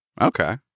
Okay